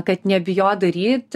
kad nebijot daryt